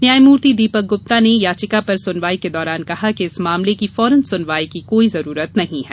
न्यायमूर्ति दीपक गुप्ता ने याचिका पर सुनवाई के दौरान कहा कि इस मामले की फौरन सुनवाई की कोई जरूरत नहीं है